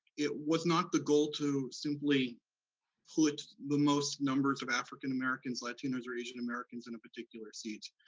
it was not the goal to simply put the most numbers of african americans, latinos, or asian americans in a particular seat.